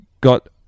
got